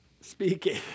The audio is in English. Speaking